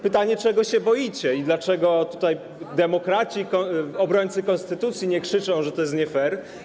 Pytanie: Czego się boicie i dlaczego tutaj demokraci, obrońcy konstytucji nie krzyczą, że to jest nie fair?